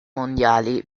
mondiali